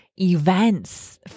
events